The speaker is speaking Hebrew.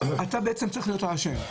אתה בעצם צריך להיות האשם.